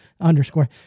underscore